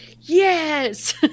yes